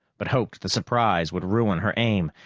but hoped the surprise would ruin her aim.